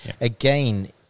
Again